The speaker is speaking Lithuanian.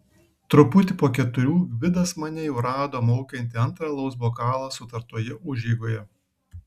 truputį po keturių gvidas mane jau rado maukiantį antrą alaus bokalą sutartoje užeigoje